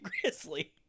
grizzly